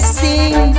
sing